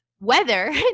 weather